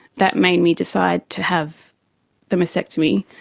that made me decide to have the mastectomy,